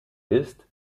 ist